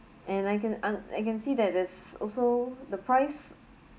and I can un~ I can see that there's also the price